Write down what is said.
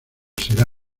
será